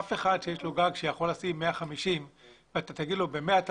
אף אחד שיש לו גג שיכול לשים 150 ואתה תגיד לו שב-100 הוא